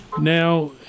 Now